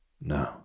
No